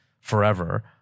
forever